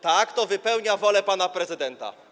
Tak, to wypełnia wolę pana prezydenta.